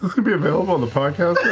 going to be available on the podcast?